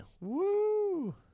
Woo